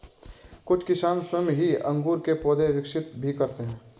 कुछ किसान स्वयं ही अंगूर के पौधे विकसित भी करते हैं